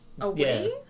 away